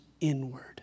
inward